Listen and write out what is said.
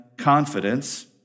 confidence